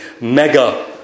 Mega